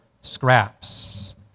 scraps